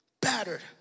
battered